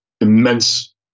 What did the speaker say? immense